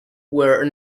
were